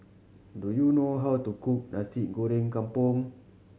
do you know how to cook Nasi Goreng Kampung